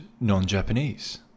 non-Japanese